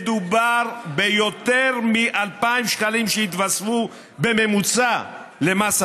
מדובר ביותר מ-2,000 שקלים שיתווספו בממוצע למס הארנונה.